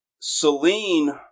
Celine